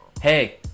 hey